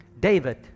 David